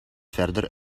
verder